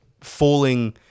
falling